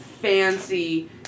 fancy